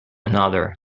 another